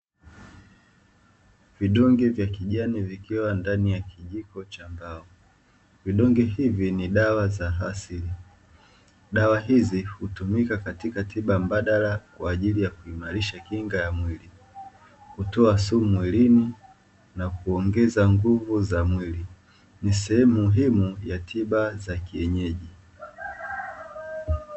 Vidonge vya kijani vikiwa ndani ya kijiko cha mbao, vidonge hivi ni dawa za asili. Dawa hizi hutumika katika tiba mbadala kwa ajili ya kuimarisha kinga ya mwili, kutoa sumu mwilini na kuongeza nguvu za mwili. Ni sehemu muhimu ya tiba za kienyeji.